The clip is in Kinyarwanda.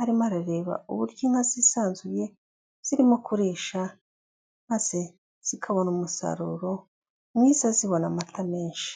arimo arareba uburyo inka zisanzuye zirimo kurisha, maze zikabona umusaruro mwiza zibona amata menshi.